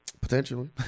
potentially